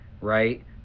right